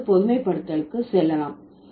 இப்போது பொதுமைப்படுத்தலுக்கு செல்லலாம்